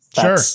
Sure